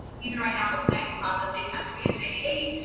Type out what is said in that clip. even right now in the planning process they come to me and say, hey,